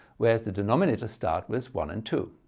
whereas the denominators start with one and two.